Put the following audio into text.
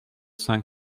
cinq